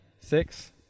six